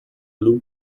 loo